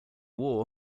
war